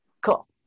Cool